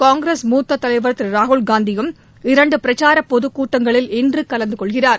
காங்கிரஸ் மூத்த தலைவர் திரு ராகுல்காந்தியும் இரண்டு பிரச்சார பொதுக் கூட்டங்களில் இன்று கலந்துகொள்கிறார்